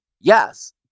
yes